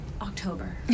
October